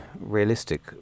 realistic